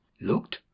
looked